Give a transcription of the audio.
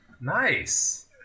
Nice